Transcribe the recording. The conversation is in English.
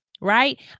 right